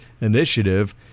Initiative